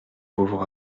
pauvre